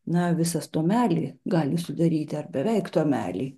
na visas tomelį gali sudaryti ar beveik tomelį